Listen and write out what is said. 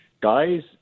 guys